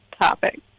topic